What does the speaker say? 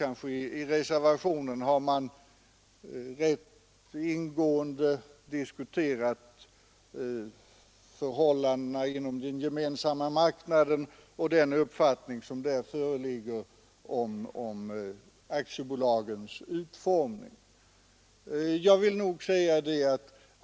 I reservationen har vi rätt ingående diskuterat förhållandena inom den gemensamma marknaden och den uppfattning som där föreligger om aktiebolagens utformning.